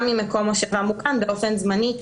גם אם מקום מושבם הוא כאן באופן זמני.